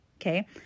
Okay